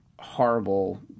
horrible